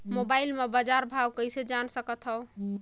Mobile म बजार भाव कइसे जान सकथव?